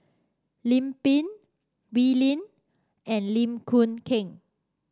Lim Pin Wee Lin and Lim Keng